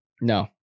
No